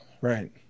Right